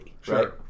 Sure